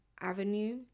avenue